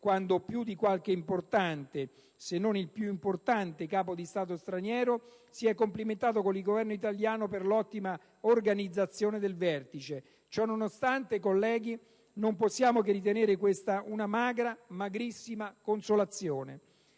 quando più di qualche importante, se non il più importante Capo di Stato straniero si è complimentato con il Governo italiano per l'ottima organizzazione del vertice. Ciò nonostante, colleghi, non possiamo che ritenere questa una magra, magrissima consolazione.